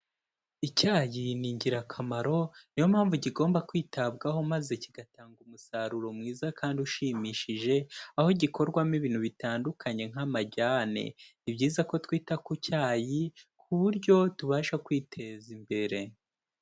Icyayi ni ingirakamaro, niyo mpamvu kigomba kwitabwaho maze kigatanga umusaruro mwiza kandi ushimishije, aho gikorwamo ibintu bitandukanye nk'amajyane. Ni byiza ko twita ku cyayi ku buryo tubasha kwiteza imbere.